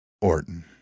Orton